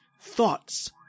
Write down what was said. Thoughts